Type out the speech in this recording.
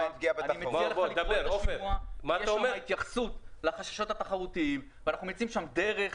שם יש התייחסות לחששות התחרותיים ואנחנו מציעים שם דרך.